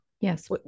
Yes